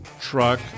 truck